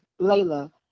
Layla